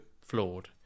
flawed